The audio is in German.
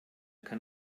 kann